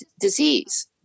disease